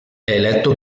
eletto